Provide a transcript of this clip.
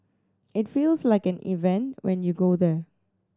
it feels like an event when you go there